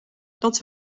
dat